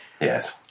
Yes